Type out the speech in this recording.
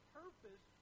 purpose